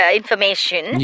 information